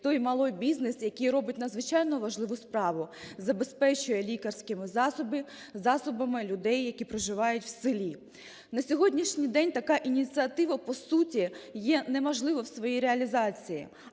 той малий бізнес, який робить надзвичайно важливу справу – забезпечує лікарськими засобами людей, які проживають у селі. На сьогоднішній день така ініціатива по суті є неможлива у своїй реалізації,